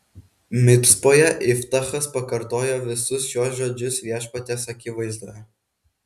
micpoje iftachas pakartojo visus šiuos žodžius viešpaties akivaizdoje